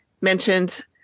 mentioned